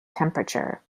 temperature